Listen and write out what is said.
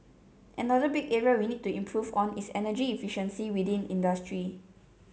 another big area we need to improve on is energy efficiency within industry